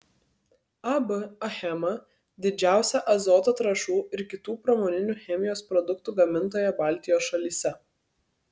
ab achema didžiausia azoto trąšų ir kitų pramoninių chemijos produktų gamintoja baltijos šalyse